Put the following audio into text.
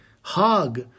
hug